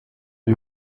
die